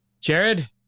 Jared